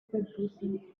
producing